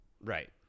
Right